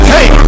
Hey